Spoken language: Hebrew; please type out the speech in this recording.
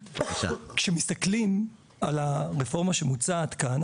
כשמסתכלים על הרפורמה שמוצעת כאן,